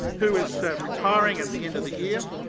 who is retiring at the end of the year,